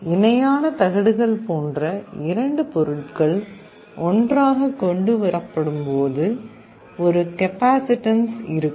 இணையான தகடுகள் போன்ற இரண்டு பொருட்கள் ஒன்றாகக் கொண்டுவரப்படும்போது ஒரு கெபாசிட்டன்ஸ் இருக்கும்